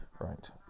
Right